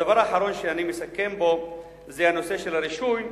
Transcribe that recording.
הדבר האחרון שאני מסכם בו הוא נושא הרישוי,